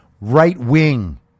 right-wing